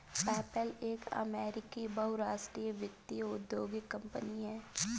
PayPal एक अमेरिकी बहुराष्ट्रीय वित्तीय प्रौद्योगिकी कंपनी है